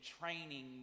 training